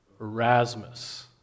Erasmus